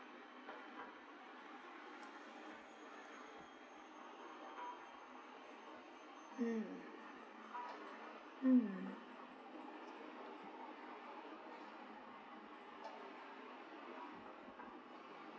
mm mm